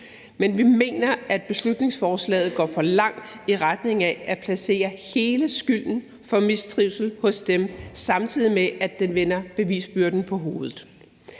men vi mener, at beslutningsforslaget går for langt i retning af at placere hele skylden for mistrivsel hos dem, samtidig med at det vender bevisbyrden på hovedet.